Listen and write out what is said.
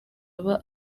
aba